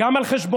גם על חשבונך,